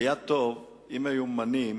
היה טוב אם היו ממנים